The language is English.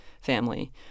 family